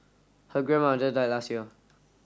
her grandmother died last year